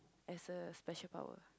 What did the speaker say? as a special power